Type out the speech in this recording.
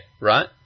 right